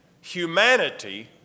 humanity